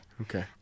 Okay